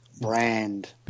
brand